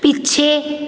ਪਿੱਛੇ